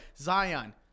Zion